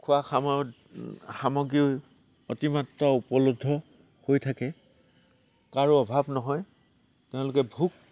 খোৱা সময়ত সামগ্ৰী অতিমাত্ৰা উপলব্ধ হৈ থাকে কাৰো অভাৱ নহয় তেওঁলোকে ভোগ